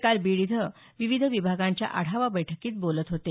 ते काल बीड इथं विविध विभागांच्या आढावा बैठकीत बोलत होते